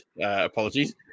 apologies